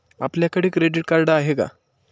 आपल्याकडे credit card आहे का?